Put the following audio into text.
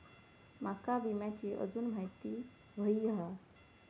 माका विम्याची आजून माहिती व्हयी हा?